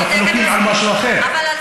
אז אנחנו חולקים על משהו אחר.